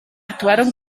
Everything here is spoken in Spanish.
actuaron